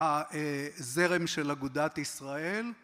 הזרם של אגודת ישראל